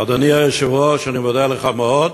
אדוני היושב-ראש, אני מודה לך מאוד.